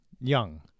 Young